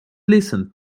listen